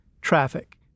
Traffic